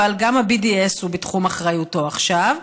אבל גם ה-BDS הוא בתחום אחריותו עכשיו,